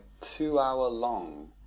two-hour-long